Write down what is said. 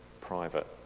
private